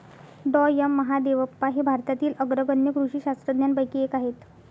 डॉ M Mahadevappa हे भारतातील अग्रगण्य कृषी शास्त्रज्ञांपैकी एक आहेत